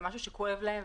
זה דבר שכואב להם.